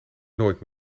nooit